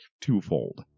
twofold